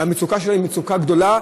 והמצוקה שלהם היא מצוקה גדולה,